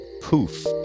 poof